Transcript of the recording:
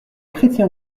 chrétien